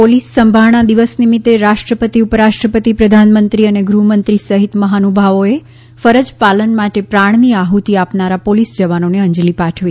police સંભારણા દિવસ નિમિત્તે રાષ્ટ્રપતિ ઉપરાષ્ટ્રપતિ પ્રધાનમંત્રી અને ગૃહમંત્રી સહિત મહાનુભાવોએ ફરજ પાલન માટે પ્રાણની આહુતિ આપનારા પોલીસ જવાનોને અંજલિ પાઠવી